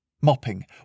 mopping